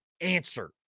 answer